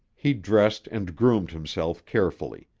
he dressed and groomed himself carefully.